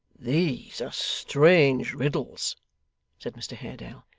these are strange riddles said mr haredale.